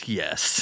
yes